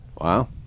Wow